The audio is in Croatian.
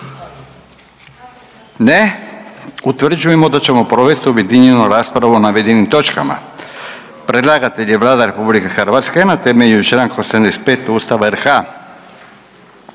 Ne. Utvrđujemo da ćemo provesti objedinjenu raspravu o navedenim točkama. Predlagatelj je Vlada RH na temelju čl. 85 Ustava RH